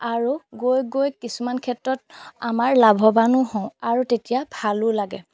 আৰু গৈ গৈ কিছুমান ক্ষেত্ৰত আমাৰ লাভৱানো হওঁ আৰু তেতিয়া ভালো লাগে